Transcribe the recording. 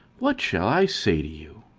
what shall i say to you?